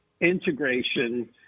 integration